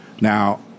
now